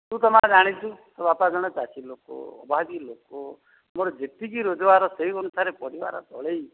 ତୁ ତ ମା' ଜାଣିଛୁ ତୋ ବାପା ଜଣେ ଚାଷୀ ଲୋକ ଅଭାବି ଲୋକ ମୋର ଯେତିକି ରୋଜଗାର ସେହି ଅନୁସାରେ ପରିବାର ଚଳେଇବି